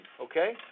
okay